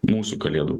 mūsų kalėdų